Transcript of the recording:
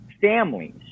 families